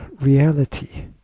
reality